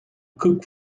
cook